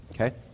Okay